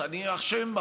אני אשם,